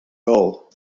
goal